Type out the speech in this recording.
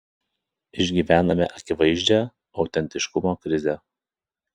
išgyvename akivaizdžią autentiškumo krizę